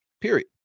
period